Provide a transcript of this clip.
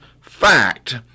fact